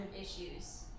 issues